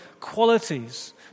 Qualities